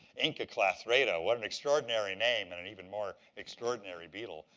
inca clathrata what an extraordinary name, and an even more extraordinary beetle.